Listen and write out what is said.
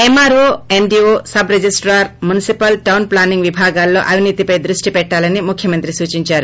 MRO MDO sub registrar municipal town planning విభాగాల్లో అవినీతిపై దృష్టి పెట్టాలని ముఖ్యమంత్రి సూచించారు